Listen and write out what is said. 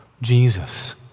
Jesus